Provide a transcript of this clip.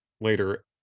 later